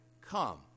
come